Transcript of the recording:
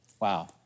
Wow